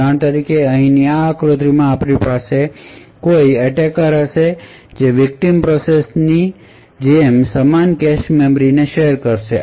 ઉદાહરણ તરીકે અહીંની આ આકૃતિમાં આપણી પાસે કોઈ અટેકર હશે જે વિકટીમ પ્રોસેસ ની જેમ સમાન કેશ મેમરી ને શેર કરશે